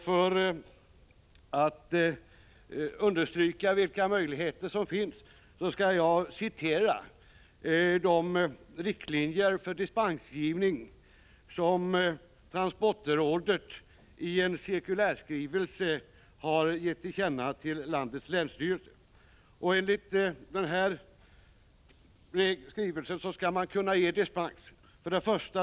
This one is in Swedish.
För att understryka vilka möjligheter som finns skall jag citera de riktlinjer för dispensgivning som transportrådet i en cirkulärskrivelse har givit till känna för landets länsstyrelser. Enligt skrivelsen skall man kunna ge dispens i följande fall: 1.